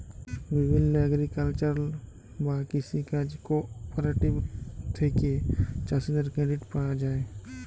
বিভিল্য এগ্রিকালচারাল বা কৃষি কাজ কোঅপারেটিভ থেক্যে চাষীদের ক্রেডিট পায়া যায়